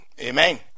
Amen